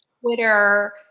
Twitter